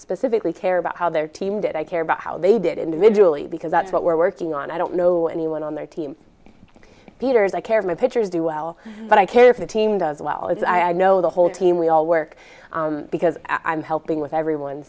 specifically care about how their team did i care about how they did individually because that's what we're working on i don't know anyone on their team leaders i care my pitchers do well but i care for the team does well as i know the whole team we all work because i'm helping with everyone